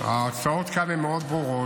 ההצעות כאן הן ברורות מאוד,